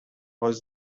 was